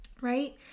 right